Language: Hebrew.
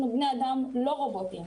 אנחנו בני אדם, לא רובוטים.